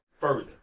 further